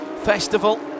festival